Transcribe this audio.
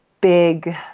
big